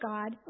God